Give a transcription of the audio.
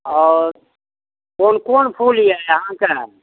आओर कोन कोन फूल अइ अहाँके